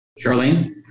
Charlene